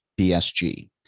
BSG